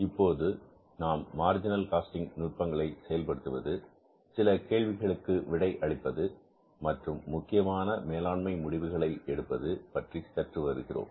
இப்போது நாம் marginal costing நுட்பங்களை செயல்படுத்துவது சில கேள்விகளுக்கு விடை அளிப்பது மற்றும் முக்கியமான மேலாண்மை முடிவுகளை எடுப்பது பற்றி கற்று வருகிறோம்